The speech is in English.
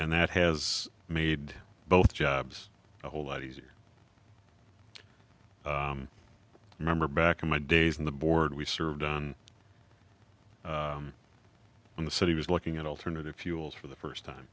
and that has made both jobs a whole lot easier remember back in my days in the board we served on in the city was looking at alternative fuels for the first time